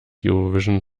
eurovision